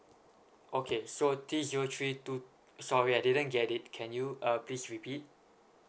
okay so three zero three two sorry I didn't get it can you uh please repeat